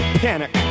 panic